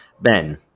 Ben